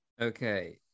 Okay